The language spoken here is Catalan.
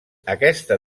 aquesta